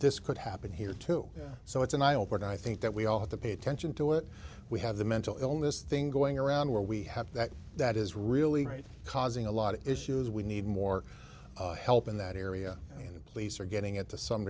this could happen here too so it's an eye opener i think that we all have to pay attention to it we have the mental illness thing going around where we have that that is really great causing a lot of issues we need more help in that area and police are getting it to some